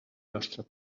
nostra